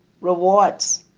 rewards